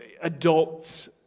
adults